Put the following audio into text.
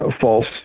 false